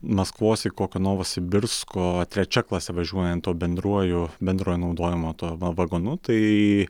maskvos į kokią novosibirsko trečia klase važiuojant tuo bendruoju bendrojo naudojimo tuo va vagonu tai